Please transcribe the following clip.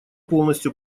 полностью